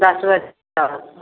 दस बजे तक